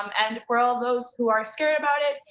um and for all those who are scared about it,